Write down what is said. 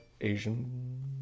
Asian